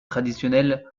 traditionnel